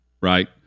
right